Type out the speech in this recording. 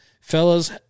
fellas